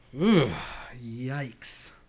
Yikes